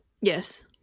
Yes